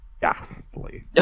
ghastly